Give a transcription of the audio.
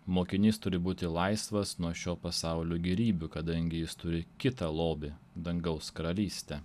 mokinys turi būti laisvas nuo šio pasaulio gėrybių kadangi jis turi kitą lobį dangaus karalystę